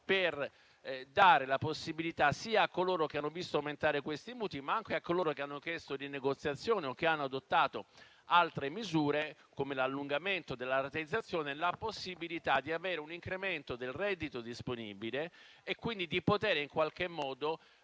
per dare la possibilità, a coloro che hanno visto aumentare questi mutui, ma anche a coloro che ne hanno chiesto la rinegoziazione o che hanno adottato altre misure, come l'allungamento della rateizzazione, di avere un incremento del reddito disponibile e quindi di tornare a